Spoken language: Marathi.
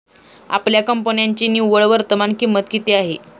आपल्या कंपन्यांची निव्वळ वर्तमान किंमत किती आहे?